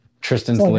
Tristan's